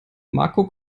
marco